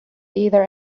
either